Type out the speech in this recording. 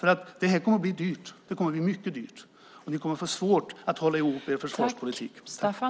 Det här kommer att bli mycket dyrt. Ni kommer att få svårt att hålla ihop försvarspolitiken.